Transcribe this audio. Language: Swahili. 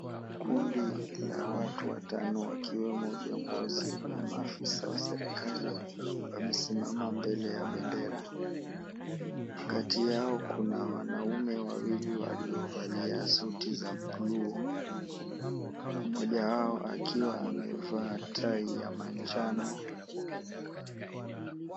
Kundi la watu watano, wakiwemo viongozi na maafisa wa serikali, wamesimama mbele ya bendera. Kati yao kuna wanaumme wawili waliovalia suti za bluu, mmoja wao akiwa amevaa tai ya manjano.